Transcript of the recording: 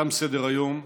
תם סדר-היום.